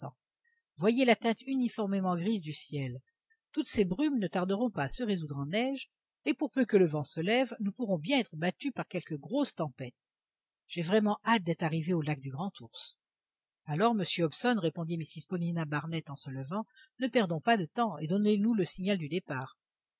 voyez la teinte uniformément grise du ciel toutes ces brumes ne tarderont pas à se résoudre en neige et pour peu que le vent se lève nous pourrons bien être battus par quelque grosse tempête j'ai vraiment hâte d'être arrivé au lac du grand ours alors monsieur hobson répondit mrs paulina barnett en se levant ne perdons pas de temps et donnez-nous le signal du départ